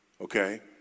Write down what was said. Okay